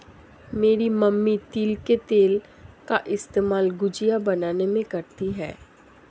मेरी मम्मी तिल के तेल का इस्तेमाल गुजिया बनाने में करती है